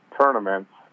tournaments